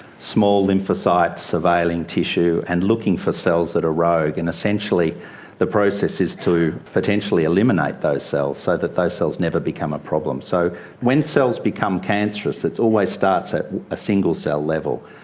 small lymphocytes surveilling tissue and looking for cells that are rogue. and essentially the process is to potentially eliminate those cells so that those cells never become a problem. so when cells become cancerous, it always starts at a single-cell level.